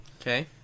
Okay